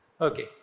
Okay